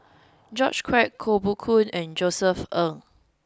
George Quek Koh Poh Koon and Josef Ng